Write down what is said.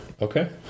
okay